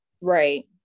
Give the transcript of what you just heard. Right